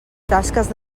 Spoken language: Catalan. tasques